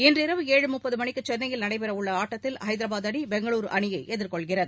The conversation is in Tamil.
இன்றிரவு ஏழு முப்பது மணிக்கு சென்னையில் நடைபெறவுள்ள ஆட்டத்தில் ஐதராபாத் அணி பெங்களுரு அணியை எதிர்கொள்கிறது